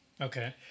Okay